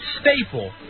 staple